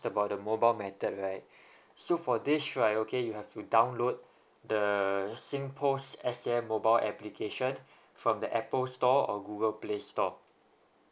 about the mobile method right so for this right okay you have to download the singpost s a mobile application from the apple store or google play store